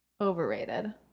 Overrated